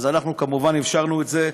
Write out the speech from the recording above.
אז אנחנו כמובן אפשרנו את זה.